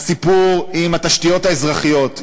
הסיפור עם התשתיות האזרחיות,